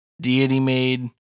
deity-made